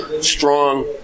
strong